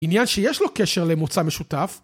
עניין שיש לו קשר למוצא משותף